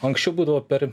anksčiau būdavo per